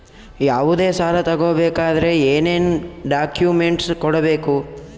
ಯಾವುದೇ ಸಾಲ ತಗೊ ಬೇಕಾದ್ರೆ ಏನೇನ್ ಡಾಕ್ಯೂಮೆಂಟ್ಸ್ ಕೊಡಬೇಕು?